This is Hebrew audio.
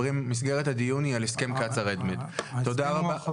מסגרת הדיון היא על הסכם קצא"א-Red Med. ההסכם הוא הרחבה.